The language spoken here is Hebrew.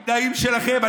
עם תנאים שלכם.